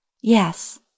Yes